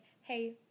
hey